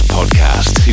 Podcast